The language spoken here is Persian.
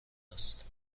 است